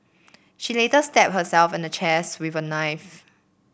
she later stabbed herself and the chests with a knife